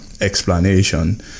explanation